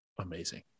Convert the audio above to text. amazing